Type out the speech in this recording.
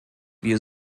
wir